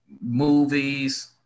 movies